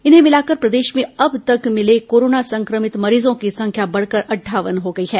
इन्हें मिलाकर प्रदेश में अब तक मिले कोरोना संक्रमित मरीजों की संख्या बढ़कर अंठावन हो गई है